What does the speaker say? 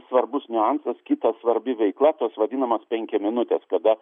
svarbus niuansas kita svarbi veikla tos vadinamos penkiaminutės kada